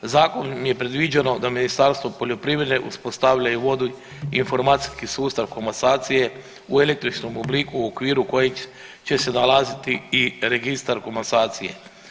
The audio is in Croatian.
Zakonom je predviđeno da Ministarstvo poljoprivrede uspostavlja i vodi informacijski sustav komasacije u električnom obliku u okviru kojeg će se nalaziti i registar komasacije.